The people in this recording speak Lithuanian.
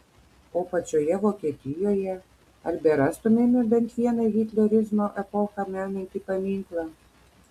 o pačioje vokietijoje ar berastumėme bent vieną hitlerizmo epochą menantį paminklą